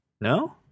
No